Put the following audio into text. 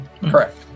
Correct